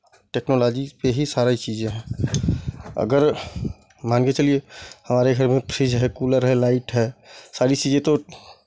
technology पे ही सारी चीज़ें हैं अगर मान के चलिए हमारे घर में फ्रीज़ है कूलर है लाइट है सारी चीज़ें तो